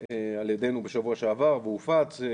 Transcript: על ידינו בשבוע שעבר והופץ,